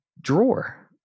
drawer